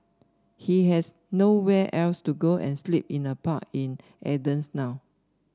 he has nowhere else to go and sleep in a park in Athens now